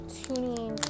tuning